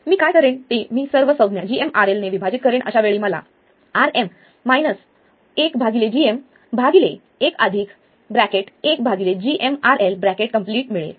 मी काय करेन ते मी सर्व संज्ञा gmRLने विभाजित करेन अशावेळी मला Rm 1मिळेल